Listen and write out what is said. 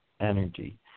energy